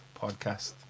podcast